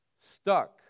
Stuck